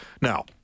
now